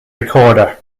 recorder